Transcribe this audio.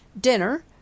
Dinner